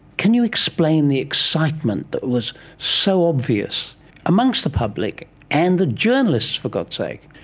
can you explain the excitement that was so obvious amongst the public and the journalists, for god's sake?